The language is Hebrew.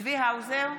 צבי האוזר,